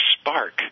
spark